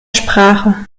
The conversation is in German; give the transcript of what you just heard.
sprache